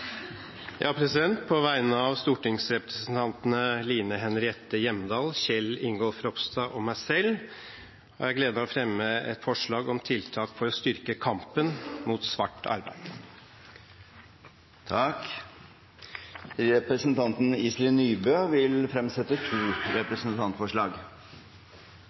På vegne av stortingsrepresentantene Line Henriette Hjemdal, Kjell Ingolf Ropstad og meg selv har jeg gleden av å fremme forslag om tiltak for å styrke kampen mot svart arbeid. Representanten Iselin Nybø vil fremsette to representantforslag.